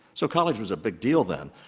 so college was a big deal then.